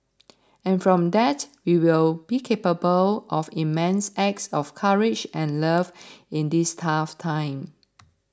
and from that we will be capable of immense acts of courage and love in this tough time